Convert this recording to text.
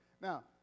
Now